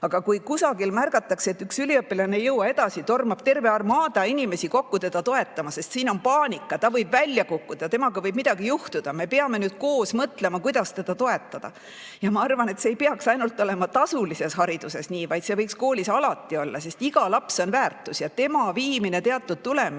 aga kui kusagil märgatakse, et üliõpilane ei jõua edasi, siis tormab terve armaada inimesi kokku teda toetama, sest on paanika, et ta võib välja kukkuda ja temaga võib midagi juhtuda, ning peab koos mõtlema, kuidas teda toetada. Ma arvan, et see ei peaks olema ainult tasulises hariduses nii, vaid see võiks koolis alati nii olla, sest iga laps on väärtus ja tema viimine teatud